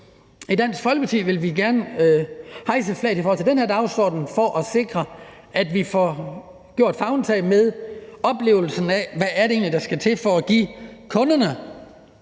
I Dansk Folkeparti vil vi gerne hejse flaget for den her dagsorden for at sikre, at vi får taget favntag med oplevelsen af, hvad det egentlig er, der skal til, for at give kunderne